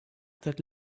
that